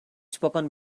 spoken